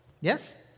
Yes